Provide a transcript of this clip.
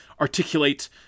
articulate